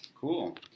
Cool